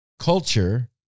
culture